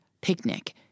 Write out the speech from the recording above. Picnic